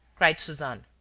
cried suzanne.